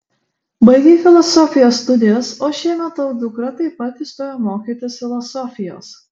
baigei filosofijos studijas o šiemet tavo dukra taip pat įstojo mokytis filosofijos